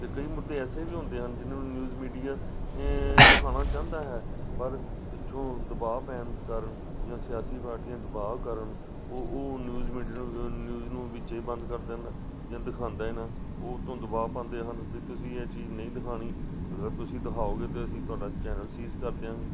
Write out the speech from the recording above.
ਅਤੇ ਕਈ ਮੁੱਦੇ ਐਸੇ ਵੀ ਹੁੰਦੇ ਹਨ ਜਿਨ੍ਹਾਂ ਨੂੰ ਨਿਊਜ਼ ਮੀਡੀਆ ਦਿਖਾਉਣਾ ਚਾਹੁੰਦਾ ਹੈ ਪਰ ਪਿੱਛੋਂ ਦਬਾਅ ਪੈਣ ਕਾਰਨ ਜਾਂ ਸਿਆਸੀ ਪਾਰਟੀਆਂ ਦਬਾਅ ਕਰਨ ਉਹ ਉਹ ਨਿਊਜ਼ ਮੀਡੀਆ ਨੂੰ ਨਿਊਜ਼ ਨੂੰ ਵਿੱਚੇ ਬੰਦ ਕਰ ਦਿੰਦੇ ਜਾਂ ਦਿਖਾਉਂਦਾ ਹੀ ਨਾ ਉੱਤੋਂ ਦਬਾਅ ਪਾਉਂਦੇ ਹਨ ਵੀ ਤੁਸੀਂ ਇਹ ਚੀਜ਼ ਨਹੀਂ ਦਿਖਾਉਣੀ ਅਗਰ ਤੁਸੀਂ ਦਿਖਾਓਗੇ ਤਾਂ ਅਸੀਂ ਤੁਹਾਡਾ ਚੈਨਲ ਸੀਜ਼ ਕਰ ਦਿਆਂਗੇ